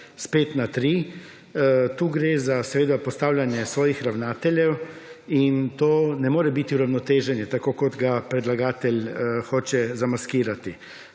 s 5 na 3, tu gre za seveda postavljanje svojih ravnateljev. In to ne more biti uravnoteženje, tako kot ga predlagatelj hoče zamaskirati.